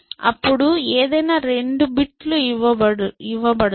అప్పుడు ఏదైనా రెండు బిట్స్ ఇవ్వబడుతుంది